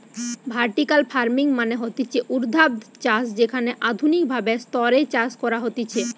vertical farming মানে হতিছে ঊর্ধ্বাধ চাষ যেখানে আধুনিক ভাবে স্তরে চাষ করা হতিছে